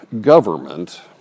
government